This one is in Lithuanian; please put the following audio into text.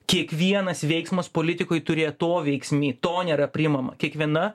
kiekvienas veiksmas politikoj turi atoveiksmį to nėra priimama kiekviena